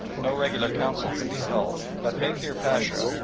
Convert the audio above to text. no regular council could be held but bekir pacha,